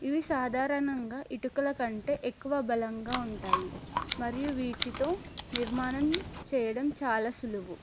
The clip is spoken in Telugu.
ఇవి సాధారణంగా ఇటుకలకంటే ఎక్కువ బలంగా ఉంటాయి మరియు వీటితో నిర్మాణం చెయ్యడం చాలా సులువు